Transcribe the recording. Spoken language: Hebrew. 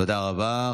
תודה רבה.